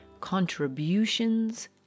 contributions